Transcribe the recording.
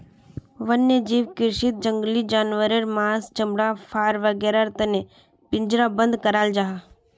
वन्यजीव कृषीत जंगली जानवारेर माँस, चमड़ा, फर वागैरहर तने पिंजरबद्ध कराल जाहा